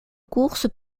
courses